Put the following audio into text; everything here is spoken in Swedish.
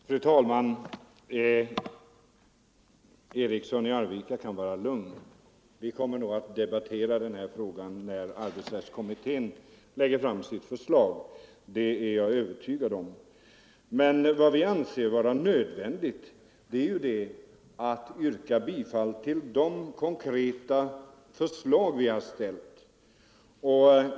Fru talman! Herr Eriksson i Arvika kan vara lugn; jag är övertygad om att vi kommer att debattera den här frågan när arbetsrättskommittén lägger fram sitt förslag. Men vi anser det nödvändigt att nu yrka bifall till de konkreta förslag som vi har väckt.